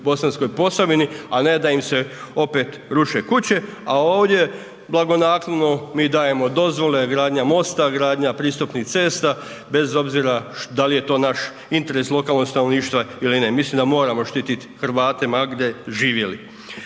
u Bosanskoj Posavini, a ne da im se opet ruše kuće, a ovdje blagonaklono mi dajemo dozvole, gradnja mosta, gradnja pristupnih cesta bez obzira dal je to naš interes lokalnog stanovništva ili ne, mislim da moramo štitit Hrvate ma gdje živjeli.